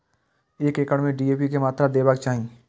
एक एकड़ में डी.ए.पी के मात्रा देबाक चाही?